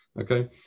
Okay